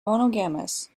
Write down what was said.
monogamous